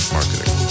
Marketing